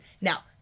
Now